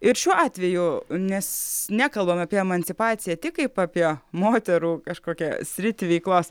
ir šiuo atveju nes nekalbame apie emancipaciją tik kaip apie moterų kažkokią sritį veiklos